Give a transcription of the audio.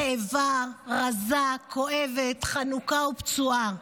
רעבה, רזה, כואבת, חנוקה ופצועה,